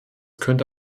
könnte